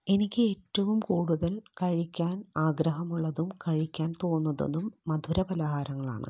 എനിക്ക് ഏറ്റവും കൂടുതൽ കഴിക്കാൻ ആഗ്രഹമുള്ളതും കഴിക്കാൻ തോന്നുന്നതും മധുരപലഹാരങ്ങളാണ്